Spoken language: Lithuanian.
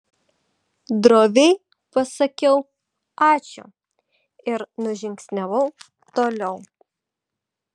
droviai pasakiau ačiū ir nužingsniavau toliau